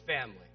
family